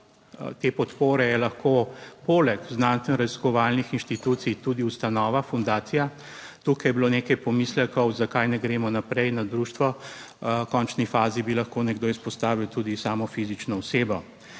te podpore je lahko poleg znanstveno raziskovalnih inštitucij tudi ustanova, fundacija. Tukaj je bilo nekaj pomislekov, zakaj ne gremo naprej na društvo. V končni fazi bi lahko nekdo izpostavil tudi samo fizično osebo.